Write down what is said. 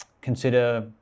consider